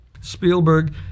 Spielberg